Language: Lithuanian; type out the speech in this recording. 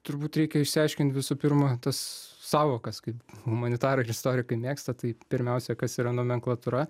turbūt reikia išsiaiškint visų pirma tas sąvokas kaip humanitarai ir istorikai mėgsta tai pirmiausia kas yra nomenklatūra